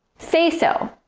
say so!